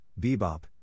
bebop